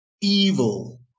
evil